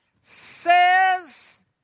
says